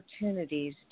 opportunities